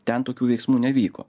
ten tokių veiksmų nevyko